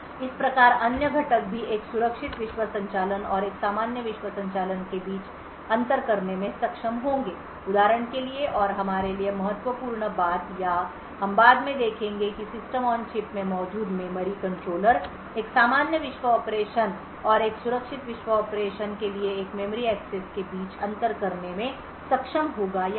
इस प्रकार अन्य घटक भी एक सुरक्षित विश्व संचालन और एक सामान्य विश्व संचालन के बीच अंतर करने में सक्षम होंगे उदाहरण के लिए और हमारे लिए महत्वपूर्ण बात या हम बाद में देखेंगे कि सिस्टम ऑन चिप में मौजूद मेमोरी कंट्रोलर एक सामान्य विश्व ऑपरेशन और एक सुरक्षित विश्व ऑपरेशन के लिए एक मेमोरी एक्सेस के बीच अंतर करने में सक्षम होगा या नहीं